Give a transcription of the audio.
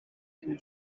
and